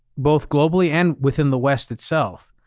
both globally and within the west itself.